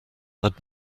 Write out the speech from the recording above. had